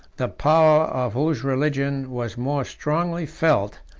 the power of whose religion was more strongly felt,